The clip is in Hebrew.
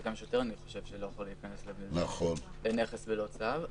וגם שוטר אני חושב שלא יכול להיכנס לנכס ללא צו.